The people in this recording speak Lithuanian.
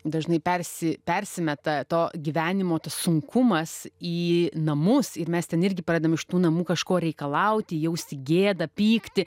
dažnai persi persimeta to gyvenimo tas sunkumas į namus ir mes ten irgi pradedam iš tų namų kažko reikalauti jausti gėdą pyktį